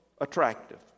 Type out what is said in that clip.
attractive